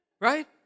right